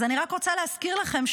אז אני רק רוצה להזכיר לכם,